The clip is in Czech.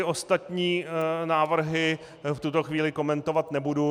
Ostatní návrhy v tuto chvíli komentovat nebudu.